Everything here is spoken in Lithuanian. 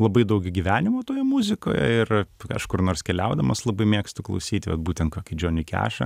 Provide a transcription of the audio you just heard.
labai daug gyvenimo toje muzikoje ir aš kur nors keliaudamas labai mėgstu klausyti vat būtent kokį džonį kešą